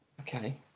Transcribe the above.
Okay